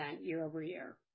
year-over-year